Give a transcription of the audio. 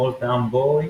Small Town Boy,